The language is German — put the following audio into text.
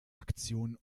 aktionen